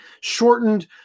shortened